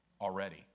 already